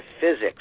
physics